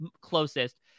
closest